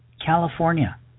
California